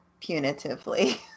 punitively